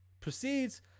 proceeds